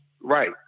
right